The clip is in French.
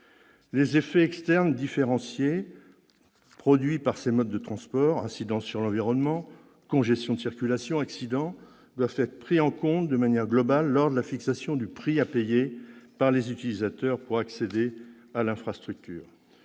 Les effets externes différenciés produits par ces modes de transport en termes d'incidence sur l'environnement, de congestion de la circulation ou d'accidents, doivent être pris en compte de manière globale dans la détermination du prix à payer par les utilisateurs pour accéder à l'infrastructure.